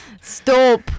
Stop